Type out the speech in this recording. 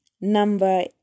Number